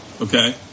Okay